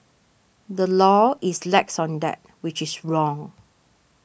the law is lax on that which is wrong